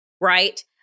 right